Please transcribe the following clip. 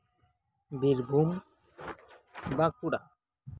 Birbhum Bankura